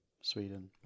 Sweden